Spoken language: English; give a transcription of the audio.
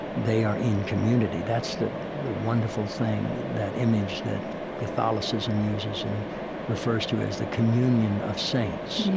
they are in community that's the the wonderful thing, that image that catholicism uses and refers to as the communion of saints,